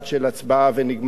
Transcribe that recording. של הצבעה ונגמר,